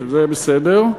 שזה בסדר,